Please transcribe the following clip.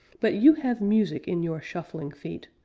but you have music in your shuffling feet,